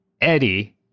Eddie